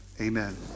amen